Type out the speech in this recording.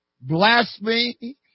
blasphemy